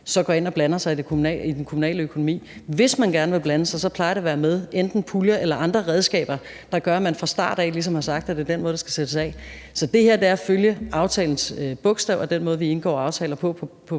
går ind og blander sig i den kommunale økonomi. Hvis man gerne vil blande sig, plejer det at være med enten puljer eller andre redskaber, fordi man fra starten ligesom har sagt, at det er den måde, der skal sættes af på. Så det her er at følge aftalens bogstav og den måde, vi indgår aftaler på